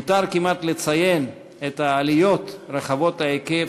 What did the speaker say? כמעט למותר לציין את העליות רחבות ההיקף